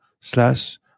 slash